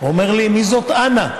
אומר לי: מי זאת אנה?